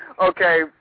Okay